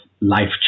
life